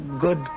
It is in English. good